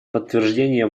подтверждения